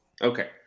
Okay